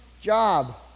job